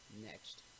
next